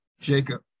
Jacob